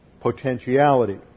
potentiality